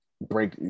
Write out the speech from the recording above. Break